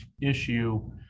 issue